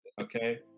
okay